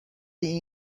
این